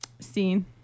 Seen